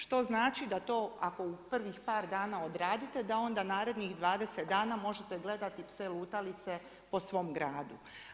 Što znači da ako to u prvih par dna odradite, da onda narednih 20 dana možete gledati pse lutalice po svom gradu.